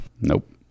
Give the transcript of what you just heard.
Nope